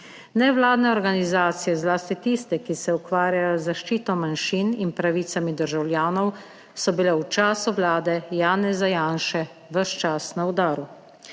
(Nadaljevanje) zlasti tiste, ki se ukvarjajo z zaščito manjšin in pravicami državljanov, so bile v času vlade Janeza Janše ves čas na udaru.